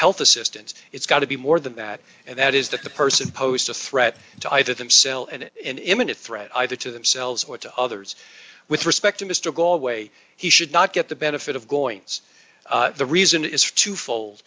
health assistance it's got to be more than that and that is that the person posed a threat to either themselves and an imminent threat either to themselves or to others with respect to mr go away he should not get the benefit of goings the reason is twofold